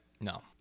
No